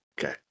okay